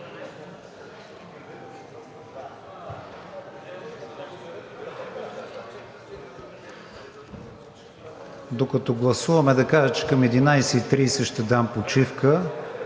Докато гласуваме, да кажа, че към 11,30 часа ще дам почивка.